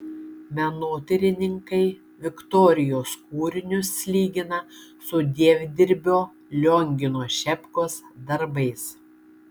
menotyrininkai viktorijos kūrinius lygina su dievdirbio liongino šepkos darbais